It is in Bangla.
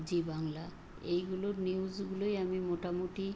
জি বাংলা এইগুলোর নিউজগুলোই আমি মোটামুটি